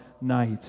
night